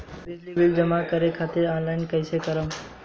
बिजली बिल जमा करे खातिर आनलाइन कइसे करम?